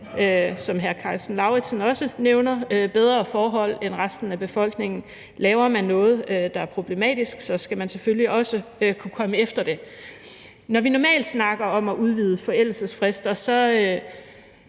som hr. Karsten Lauritzen også nævner. Laver man noget, der er problematisk, skal vi selvfølgelig også kunne komme efter det. Når vi normalt snakker om at udvide forældelsesfrister,